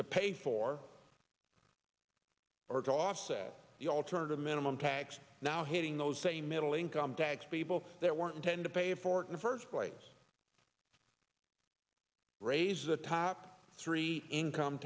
offset the alternative minimum tax now hitting those same middle income tax people that weren't tend to pay for it in the first place raises the top three income